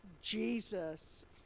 jesus